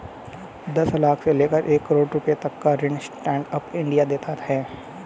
दस लाख से लेकर एक करोङ रुपए तक का ऋण स्टैंड अप इंडिया देता है